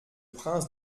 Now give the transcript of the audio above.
prince